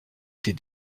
étais